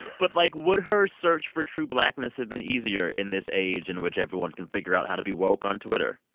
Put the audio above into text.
but, like, would her search for true blackness have been easier in this age in which everyone can figure out how to be woke on twitter?